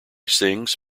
sings